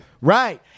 Right